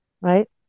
right